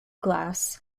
glass